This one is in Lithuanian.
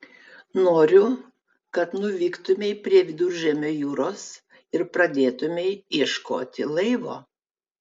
noriu kad nuvyktumei prie viduržemio jūros ir pradėtumei ieškoti laivo